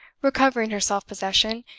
recovering her self-possession,